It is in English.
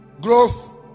Growth